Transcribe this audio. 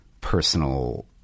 personal